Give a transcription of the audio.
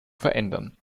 verändern